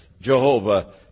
Jehovah